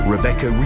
Rebecca